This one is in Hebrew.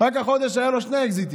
רק החודש היו לו שני אקזיטים.